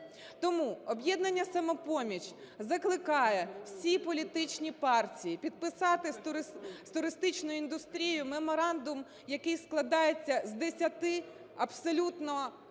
Тому "Об'єднання "Самопоміч" закликає всі політичні партії підписати з туристичною індустрією меморандум, який складається з десяти абсолютно чітких